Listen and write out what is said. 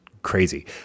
crazy